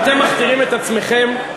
אתם מכתירים את עצמכם.